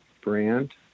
brand